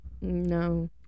No